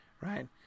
right